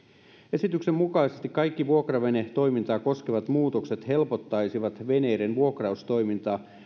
esityksen mukaisesti kaikki vuokravenetoimintaa koskevat muutokset helpottaisivat veneiden vuokraustoimintaa